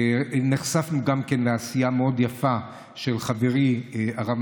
נחשפנו גם לעשייה מאוד יפה של חברי הרב